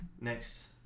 next